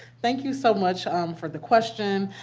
thank you so much for the question.